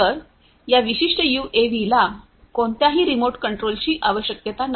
तर या विशिष्ट यूएव्हीला कोणत्याही रिमोट कंट्रोलची आवश्यकता नाही